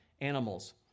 animals